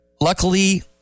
Luckily